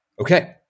Okay